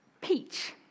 peach